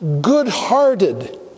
good-hearted